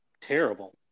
terrible